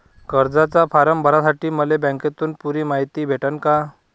कर्जाचा फारम भरासाठी मले बँकेतून पुरी मायती भेटन का?